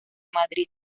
madrid